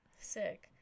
Sick